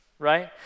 Right